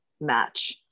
match